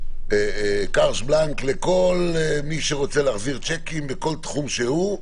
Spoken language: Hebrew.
קארט בלאנק לכל מי שרוצה להעביר שיקים לכל תחום שהוא,